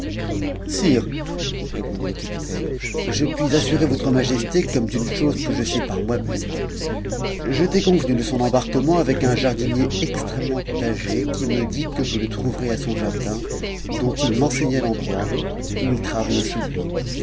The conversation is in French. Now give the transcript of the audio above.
sire répondit le capitaine je puis assurer votre majesté comme d'une chose que je sais par moi-même j'étais convenu de son embarquement avec un jardinier extrêmement âgé qui me dit que je le trouverais à son jardin dont il m'enseigna l'endroit où il travaillait sous u